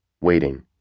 waiting